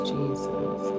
Jesus